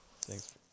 Thanks